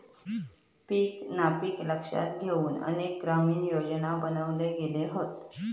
पीक नापिकी लक्षात घेउन अनेक ग्रामीण योजना बनवले गेले हत